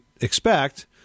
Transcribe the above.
expect